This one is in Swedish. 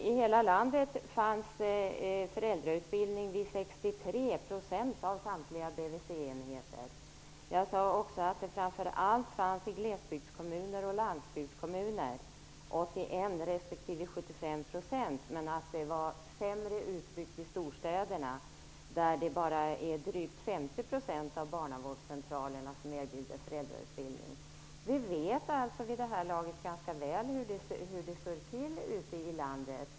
I hela landet fanns föräldrautbildning vid 63 % av samtliga BVC-enheter. Jag sade i mitt anförande att den framför allt fanns i glesbygdskommuner och landsbygdskommuner - 81 respektive 75 %- men att den är sämre utbyggd i storstäderna, där det bara är drygt 50 % av barnavårdscentralerna som erbjuder föräldrautbildning. Vi vet alltså vid det här laget ganska väl hur det står till ute i landet.